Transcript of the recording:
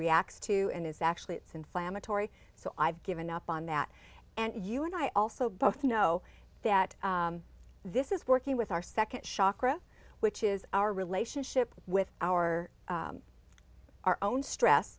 reacts to and it's actually it's inflammatory so i've given up on that and you and i also both know that this is working with our second shakara which is our relationship with our our own stress